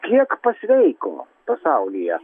kiek pasveiko pasaulyje